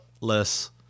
less